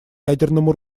ядерному